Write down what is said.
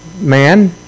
man